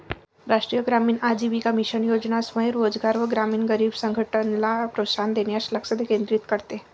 राष्ट्रीय ग्रामीण आजीविका मिशन योजना स्वयं रोजगार व ग्रामीण गरीब संघटनला प्रोत्साहन देण्यास लक्ष केंद्रित करते